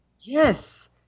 Yes